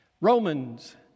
Romans